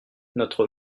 notre